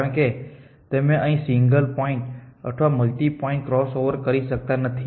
કારણ કે તમે અહીં સિંગલ પોઇન્ટ અથવા મલ્ટિ પોઇન્ટ ક્રોસઓવર કરી શકતા નથી